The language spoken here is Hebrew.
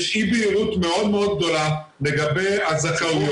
יש אי בהירות מאוד מאוד גדולה לגבי הזכאות